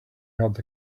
helped